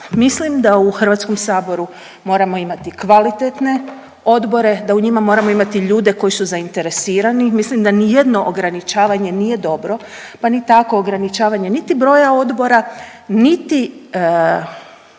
Mislim da u HS-u moramo imati kvalitetne odbore, da u njima moramo imati ljude koji su zainteresirani, mislim da nijedno ograničavanje nije dobro pa ni tako ograničavanje niti broja odbora niti